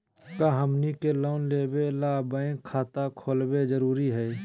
का हमनी के लोन लेबे ला बैंक खाता खोलबे जरुरी हई?